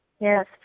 Yes